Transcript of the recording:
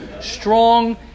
strong